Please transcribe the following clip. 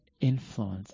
influence